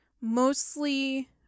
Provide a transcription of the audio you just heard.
mostly